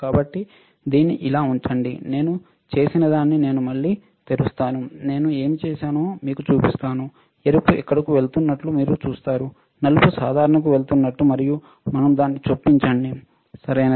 కాబట్టి దీన్ని ఇలా ఉంచండి నేను చేసినదాన్ని నేను మళ్ళీ తెరుస్తాను నేను ఏమి చేశానో మీకు చూపిస్తాను ఎరుపు ఇక్కడకు వెళుతున్నట్లు మీరు చూస్తారు నలుపు సాధారణకు వెళుతున్నట్లు మరియు మనం దాన్ని చొప్పించండి సరియైనది